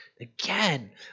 Again